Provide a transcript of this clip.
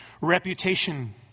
reputation